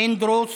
פינדרוס,